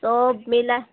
চব মিলাই